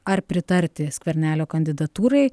ar pritarti skvernelio kandidatūrai